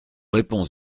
réponses